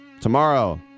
Tomorrow